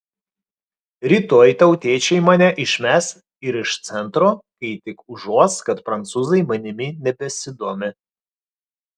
rytoj tautiečiai mane išmes ir iš centro kai tik užuos kad prancūzai manimi nebesidomi